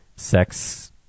sex